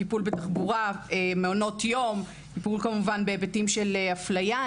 טיפול בתחבורה, מעונות יום, היבטים של אפליה.